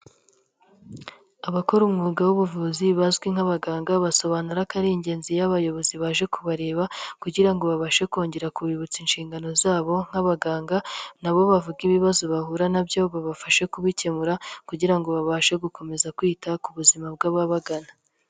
Abakora umwuga w'ubuvuzi bazwi nk'abaganga basobanura ko ari ingenzi iyo abayobozi baje kubareba, kugira ngo babashe kongera kubibutsa inshingano zabo nk'abaganga, nabo bavuge ibibazo bahura nabyo babafashe kubikemura kugira ngo babashe gukomeza kwita ku buzima bw'ababagana.